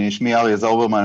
שמי אריה זאוברמן,